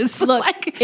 Look